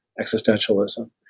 existentialism